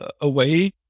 away